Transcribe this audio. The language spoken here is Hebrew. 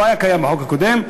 לא היה קיים בחוק הקודם,